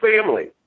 family